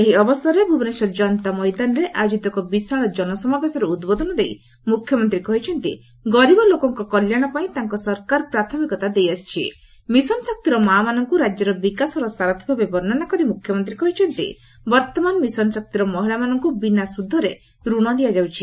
ଏହି ଅବସରରେ ଭୁବନେଶ୍ୱର ବିଶାଳ ଜନାସମାବେଶରେ ଉଦ୍ବୋଧନ ଦେଇ ମୁଖ୍ୟମନ୍ତୀ କହିଛନ୍ତି ଗରିବ ଲୋକଙ୍କ କଲ୍ୟାଶ ପାଇଁ ତାଙ୍କ ସରକାର ପ୍ରାଥମିକତା ଦେଇଆସିଛି ମିଶନ ଶକ୍ତିର ମା'ମାନଙ୍କୁ ରାଜ୍ୟର ବିକାଶର ସାରଥୀଭାବେ ବର୍ଷ୍ଡନା କରି ମୁଖ୍ୟମନ୍ତୀ କହିଛନ୍ତି ବର୍ଭମାନ ମିଶନ ଶକ୍ତିର ମହିଳାମାନଙ୍କୁ ବିନା ସୁଧରେ ରଣ ଦିଆଯାଉଛି